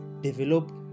Develop